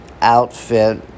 Outfit